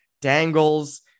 dangles